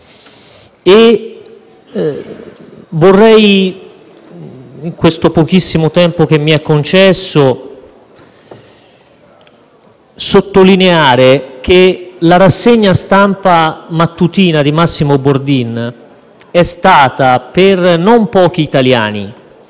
sottolineare, in questo pochissimo tempo che mi è concesso, che la rassegna stampa mattutina di Massimo Bordin è stata, per non pochi italiani,